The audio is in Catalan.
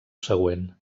següent